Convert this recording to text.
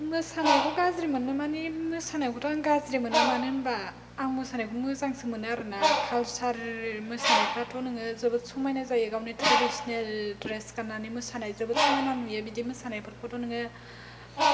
मोसानायखौ गाज्रि मोननो मानि मोसानायखौथ' आं गाज्रि मोना मानो होनबा आं मोसानायखौ मोजांसो मोनो आरोना खालसार मोसानायफ्राथ' नोङो जोबोर समायना जायो गावनि त्रेदिस्नेल द्रेस गाननानै मोसानाय जोबोद समायना नुयो बिदि मोसानायफोरखौथ' नोङो